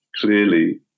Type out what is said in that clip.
clearly